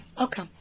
Okay